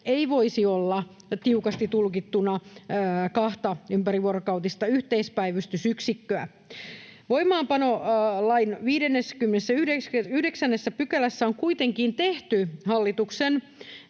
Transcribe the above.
ei voisi olla tiukasti tulkittuna kahta ympärivuorokautista yhteispäivystysyksikköä. Voimaanpanolain 59 §:ssä on kuitenkin tehty hallituksen